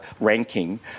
ranking